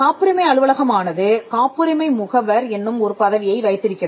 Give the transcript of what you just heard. காப்புரிமை அலுவலகம் ஆனது காப்புரிமை முகவர் என்னும் ஒருபதவியை வைத்திருக்கிறது